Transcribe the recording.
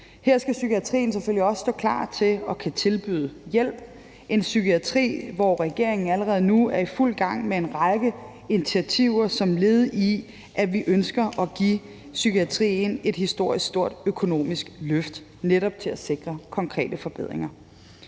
Her skal psykiatrien selvfølgelig også stå klar til at tilbyde hjælp – en psykiatri, hvor regeringen allerede nu er i fuld gang med en række initiativer, som led i at vi ønsker at give psykiatrien et historisk stort økonomisk løft netop til at sikre konkrete forbedringer.